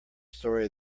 story